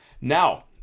Now